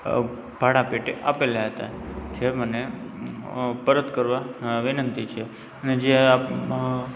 ભાડાં પેટે આપેલા હતા જે મને પરત કરવા વિનંતી છે જે